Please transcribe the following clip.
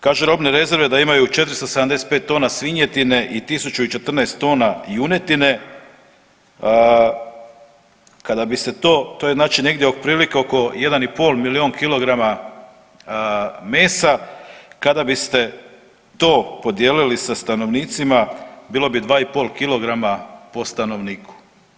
Kažu robne rezerve da imaju 475 tona svinjetine i 1014 tona junetine, kada bi se to, to je znači negdje otprilike oko 1,5 milijun kilograma mesa, kada biste to podijelili sa stanovnicima bilo bi 2,5 kg po stanovniku.